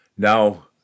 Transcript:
Now